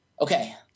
Okay